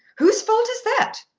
whose fault is that?